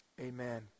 Amen